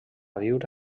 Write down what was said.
viure